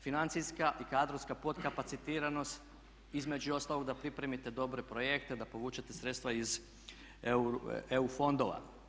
Financijska i kadrovska potkapacitiranost između ostalog da pripremite dobre projekte, da povučete sredstva iz EU fondova.